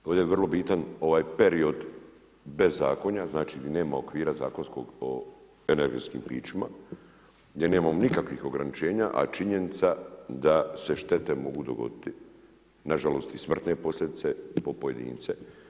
Ovdje je vrlo bitan ovaj period bezakonja, gdje nema okvira zakonskog o energetskim pićima, gdje nemamo nikakvih ograničenja, a činjenica da se štete mogu dogoditi, nažalost i smrtne posljedice po pojedince.